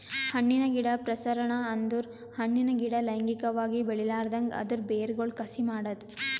ಹಣ್ಣಿನ ಗಿಡ ಪ್ರಸರಣ ಅಂದುರ್ ಹಣ್ಣಿನ ಗಿಡ ಲೈಂಗಿಕವಾಗಿ ಬೆಳಿಲಾರ್ದಂಗ್ ಅದರ್ ಬೇರಗೊಳ್ ಕಸಿ ಮಾಡದ್